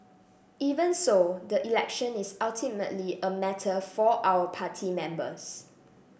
even so the election is ultimately a matter for our party members